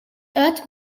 uit